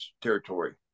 territory